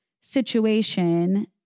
situation